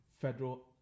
federal